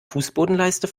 fußbodenleiste